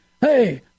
Hey